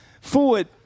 forward